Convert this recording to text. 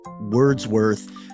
Wordsworth